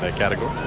but category.